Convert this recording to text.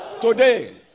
today